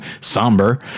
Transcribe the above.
somber